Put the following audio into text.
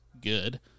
good